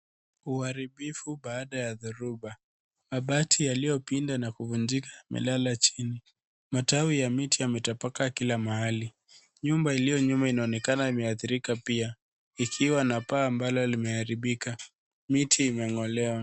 Uharibifu baada ya dhoruba. Mabati yaliyopinda na kuvunjika yamelala chini. Matawi ya miti yametapakaa kila mahali. Nyumba iliyo nyuma inaonekana imeathirika pia, ikiwa na paa ambalo limeharibika. Miti imeng'olewa pia.